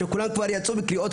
שאמנם כבר כולם גינו את האירוע,